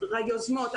היוזמות,